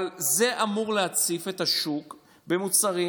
אבל זה אמור להציף את השוק במוצרים